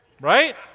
Right